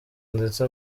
ndetse